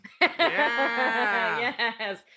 Yes